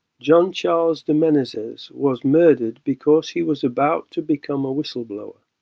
jean charles de menezes was murdered because he was about to become a whistleblower,